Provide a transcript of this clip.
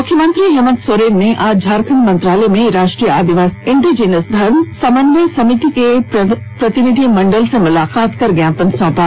मुख्यमंत्री हेमन्त सोरेन से आज झारखंड मंत्रालय में राष्ट्रीय आदिवासी इंडीजीनस धर्म समन्वय समिति के प्रतिनिधिमंडल ने मुलाकात कर ज्ञापन सौंपा